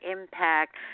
impact